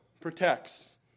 protects